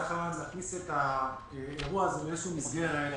להכניס את האירוע הזה למסגרת,